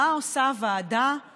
מה עושה הכנסת,